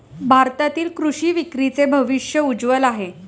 भारतातील कृषी विक्रीचे भविष्य उज्ज्वल आहे